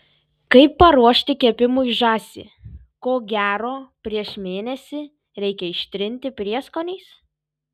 kaip paruošti kepimui žąsį ko gero prieš mėnesį reikia ištrinti prieskoniais